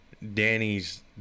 Danny's